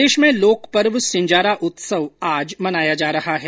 प्रदेश में लोक पर्व सिंजारा उत्सव आज मनाया जा रहा है